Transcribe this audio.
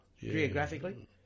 Geographically